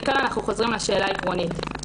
מכאן אנחנו חוזרים לשאלה העקרונית.